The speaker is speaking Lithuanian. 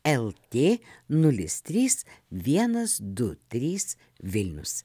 lt nulis trys vienas du trys vilnius